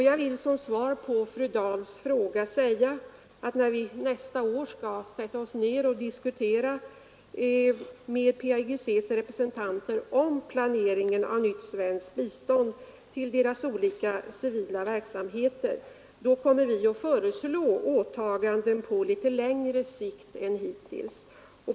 Jag vill som svar på fru Dahls fråga säga, att när vi nästa år skall sätta oss ned och diskutera med PAIGCs representanter om planeringen av nytt svenskt bistånd till dess olika civila verksamheter, kommer vi att föreslå åtaganden på litet längre sikt än hittills.